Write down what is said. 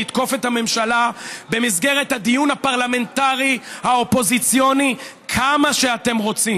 לתקוף את הממשלה במסגרת הדיון הפרלמנטרי האופוזיציוני כמה שאתם רוצים.